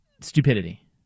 stupidity